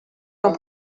non